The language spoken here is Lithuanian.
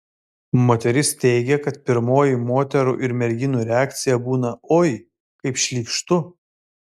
moteris teigia kad pirmoji moterų ir merginų reakcija būna oi kaip šlykštu